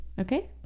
okay